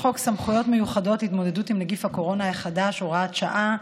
לחוק סמכויות מיוחדות להתמודדות עם נגיף הקורונה החדש (הוראת שעה),